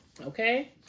Okay